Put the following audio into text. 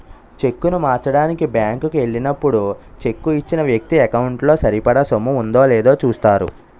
చెక్కును మార్చడానికి బ్యాంకు కి ఎల్లినప్పుడు చెక్కు ఇచ్చిన వ్యక్తి ఎకౌంటు లో సరిపడా సొమ్ము ఉందో లేదో చూస్తారు